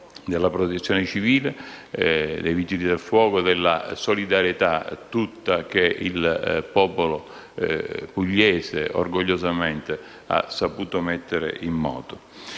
della Protezione civile, dei Vigili del fuoco e della solidarietà tutta, che il popolo pugliese orgogliosamente ha saputo mettere in moto.